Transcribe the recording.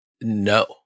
No